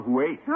wait